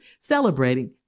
celebrating